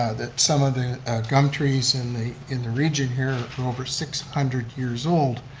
ah that some of the gum trees in the in the region here are over six hundred years old.